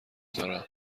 دارم